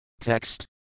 Text